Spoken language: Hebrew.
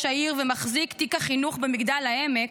העירייה ומחזיק תיק החינוך במגדל העמק,